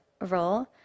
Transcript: role